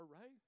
right